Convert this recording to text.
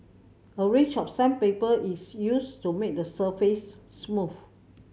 a range of sandpaper is used to make the surface smooth